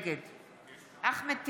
נגד אחמד טיבי,